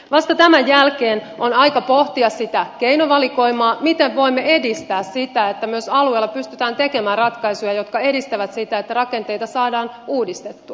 vasta tämän jälkeen on aika pohtia sitä keinovalikoimaa miten voimme edistää sitä että myös alueilla pystytään tekemään ratkaisuja jotka edistävät sitä että rakenteita saadaan uudistettua